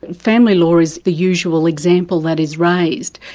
and family law is the usual example that is raised.